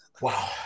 wow